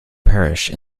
parish